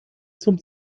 zum